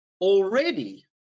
already